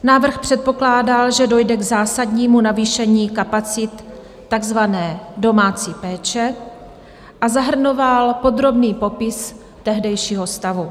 Návrh předpokládal, že dojde k zásadnímu navýšení kapacit takzvané domácí péče a zahrnoval podrobný popis tehdejšího stavu.